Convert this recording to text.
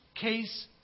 case